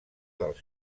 dels